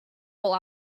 all